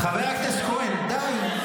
חבר הכנסת כהן, די.